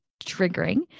triggering